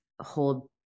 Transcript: hold